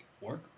work